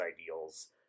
ideals